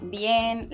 bien